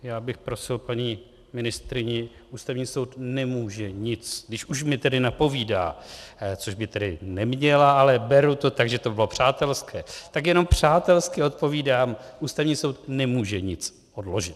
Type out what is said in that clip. Já bych prosil paní ministryni, Ústavní soud nemůže nic když už mi napovídá, což by tedy neměla, ale beru to tak, že to bylo přátelské, tak jenom přátelsky odpovídám: Ústavní soud nemůže nic odložit.